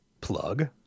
plug